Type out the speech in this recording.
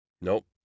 Nope